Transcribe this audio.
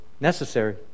necessary